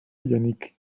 yannick